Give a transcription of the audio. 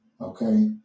Okay